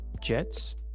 Jets